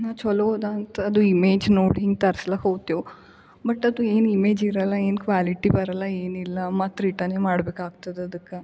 ನಾ ಚಲೋ ಇದೆಂತ ಅದು ಇಮೇಜ್ ನೋಡಿ ತರ್ಸಲಕ್ಕೆ ಹೋಗ್ತಿವಿ ಬಟ್ ಅದು ಏನು ಇಮೇಜ್ ಇರೋಲ್ಲ ಏನು ಕ್ವಾಲಿಟಿ ಬರೋಲ್ಲ ಏನಿಲ್ಲ ಮತ್ತು ರಿಟರ್ನೆ ಮಾಡಬೇಕಾಗ್ತದೆ ಅದುಕ್ಕೆ